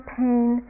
pain